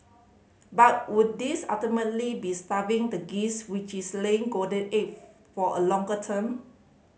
but would this ultimately be starving the geese which is laying golden for a longer term